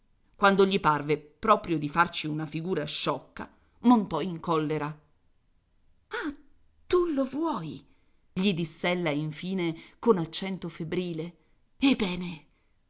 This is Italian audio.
quando gli parve proprio di farci una figura sciocca montò in collera ah tu lo vuoi gli diss'ella infine con accento febbrile ebbene ebbene